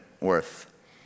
worth